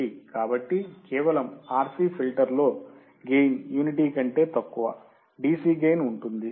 కాబట్టి కేవలం RC ఫిల్టర్లో గెయిన్ యూనిటీ కంటే తక్కువ DC గెయిన్ ఉంటుంది